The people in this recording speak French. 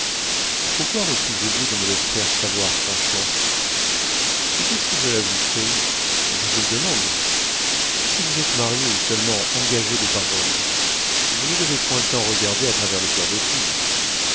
pourquoi refusez-vous de me le faire savoir franchement et qu'est-ce que cela vous fait je vous le demande si vous êtes marié ou seulement engagé de parole vous ne devez point tant regarder à travers le coeur des filles